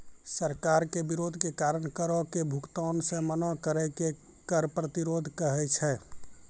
सरकार के विरोध के कारण करो के भुगतानो से मना करै के कर प्रतिरोध कहै छै